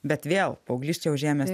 bet vėl paauglys čia užėmęs